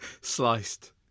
Sliced